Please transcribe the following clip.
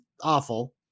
awful